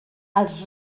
els